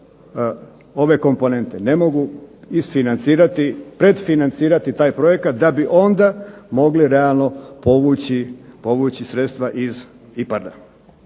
ove komponente, ne mogu isfinancirati, predfinancirati taj projekt da bi onda mogli realno povući sredstva iz IPARD-a.